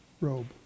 robe